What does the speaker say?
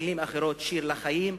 ובמלים אחרות: שיר לחיים,